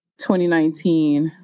2019